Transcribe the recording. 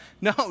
no